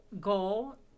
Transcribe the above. goal